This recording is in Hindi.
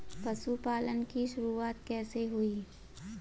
पशुपालन की शुरुआत कैसे हुई?